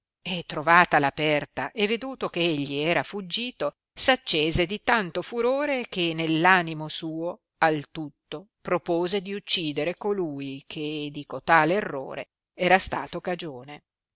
e trovatala aperta e veduto che egli era fuggito s accese di tanto furore che nell animo suo al tutto propose di uccidere colui che di cotal errore era stato cagione